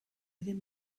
ddim